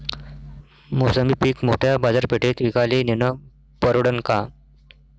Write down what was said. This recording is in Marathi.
मोसंबी पीक मोठ्या बाजारपेठेत विकाले नेनं परवडन का?